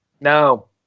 No